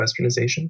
Westernization